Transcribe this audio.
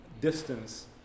distance